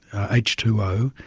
h two o,